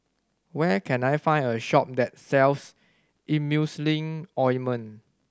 where can I find a shop that sells Emulsying Ointment